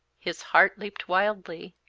his heart leaped wildly.